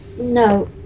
No